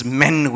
men